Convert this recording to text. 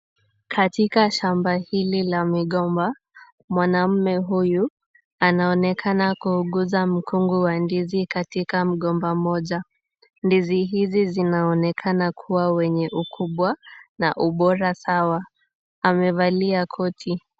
Katika shamba hili la migomba, mwanamume huyu anaonekana kuuguza mkungu wa ndizi katika mgomba mmoja. Ndizi hizi zinaonekana kuwa wenye ukubwa na ubora sawa, amevalia koti.